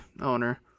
owner